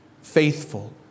faithful